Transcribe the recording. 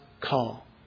call